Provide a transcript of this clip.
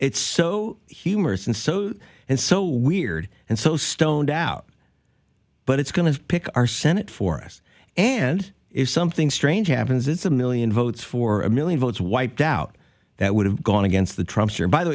it's so humorous and so and so weird and so stoned out but it's going to pick our senate for us and if something strange happens it's a million votes for a million votes wiped out that would have gone against the trumps your by the